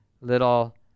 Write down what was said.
little